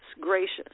gracious